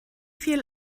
viel